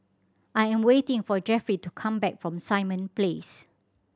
I am waiting for Jeffry to come back from Simon Place